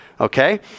Okay